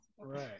right